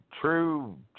true